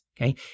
okay